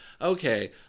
okay